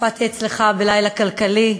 הופעתי אצלך ב"לילה כלכלי",